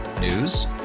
News